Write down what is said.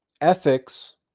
Ethics